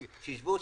שיישבו,